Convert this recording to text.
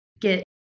get